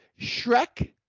Shrek